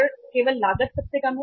इस स्तर पर केवल लागत सबसे कम है